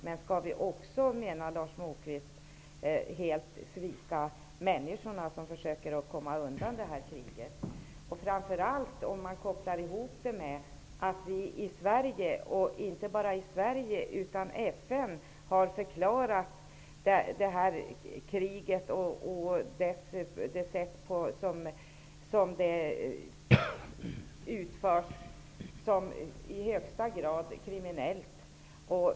Menar Lars Moquist att vi också helt skall svika de människor som försöker komma undan kriget? Sverige och även FN har förklarat kriget och det sätt på vilket det förs som i högsta grad kriminellt.